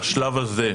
בשלב הזה,